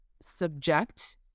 subject